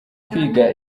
kwiga